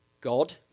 God